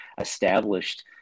established